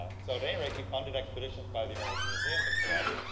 so at any rate, he funded expeditions by the american museum to collect.